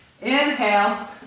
Inhale